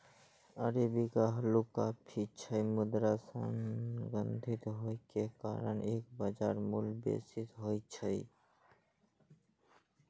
arabica हल्लुक coffee छियै, मुदा सुगंधित होइ के कारण एकर बाजार मूल्य बेसी होइ छै